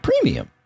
Premium